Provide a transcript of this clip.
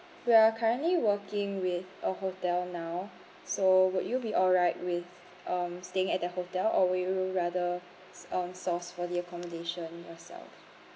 we are currently working with a hotel now so would you will be alright with um staying at the hotel or would you rather s~ um source for the accommodation yourself